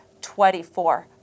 24